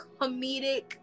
comedic